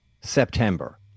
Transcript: September